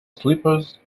slippers